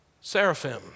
Seraphim